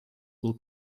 will